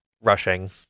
rushing